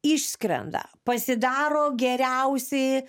išskrenda pasidaro geriausi